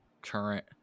current